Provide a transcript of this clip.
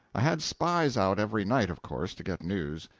i had spies out every night, of course, to get news.